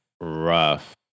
rough